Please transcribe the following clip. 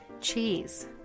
cheese